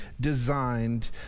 designed